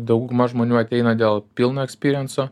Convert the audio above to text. dauguma žmonių ateina dėl pilno ekspyrienso